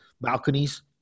balconies